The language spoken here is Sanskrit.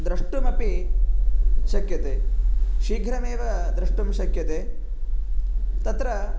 द्रष्टुमपि शक्यते शीघ्रमेव द्रष्टुं शक्यते तत्र